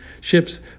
ships